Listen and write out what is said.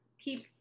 keep